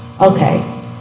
Okay